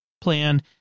plan